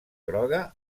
groga